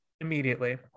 immediately